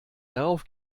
darauf